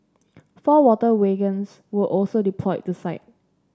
four water wagons were also deployed to site